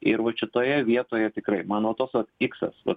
ir vat šitoje vietoje tikrai man va tas vat iksas vat